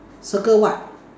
circle what